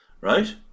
right